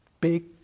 big